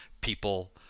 people